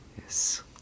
yes